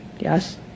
yes